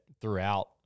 throughout